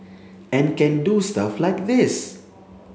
and can do stuff like this